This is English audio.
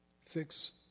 Fix